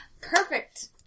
Perfect